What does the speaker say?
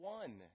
one